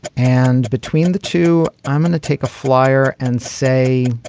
and between the two, i'm going to take a flyer and say